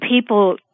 people